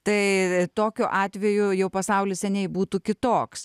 tai tokiu atveju jau pasaulis seniai būtų kitoks